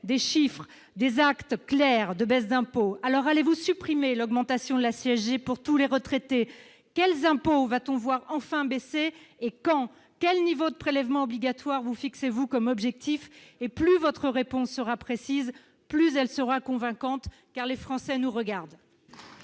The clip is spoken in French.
des chiffres clairs de baisses d'impôts. Alors, allez-vous supprimer l'augmentation de la CSG pour tous les retraités ? Quels impôts va-t-on voir enfin baisser ? Et quand ? Quel niveau de prélèvements obligatoires vous fixez-vous comme objectif ? Plus votre réponse sera précise, plus elle sera convaincante. Les Français nous regardent